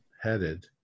headed